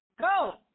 go